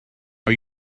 are